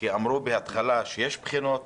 כי אמרו בהתחלה שיש בחינות.